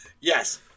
Yes